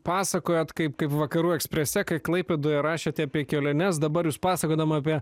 pasakojot kaip kaip vakarų eksprese kai klaipėdoje rašėte apie keliones dabar jūs pasakodama apie